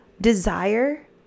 desire